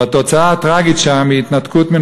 והתוצאה הטרגית שם היא התנתקות מן